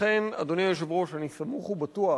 לכן, אדוני היושב-ראש, אני סמוך ובטוח